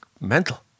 mental